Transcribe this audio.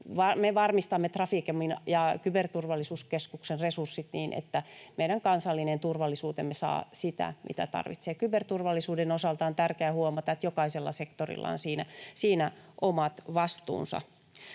me varmistamme Traficomin ja Kyberturvallisuuskeskuksen resurssit niin, että meidän kansallinen turvallisuutemme saa sitä, mitä tarvitsee. Kyberturvallisuuden osalta on tärkeää huomata, että jokaisella sektorilla on siinä omat vastuunsa.